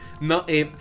No